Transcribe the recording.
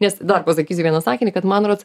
nes dar pasakysiu vieną sakinį kad man rods